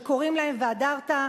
שקוראים להם "והדרת",